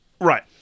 right